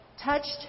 touched